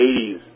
80s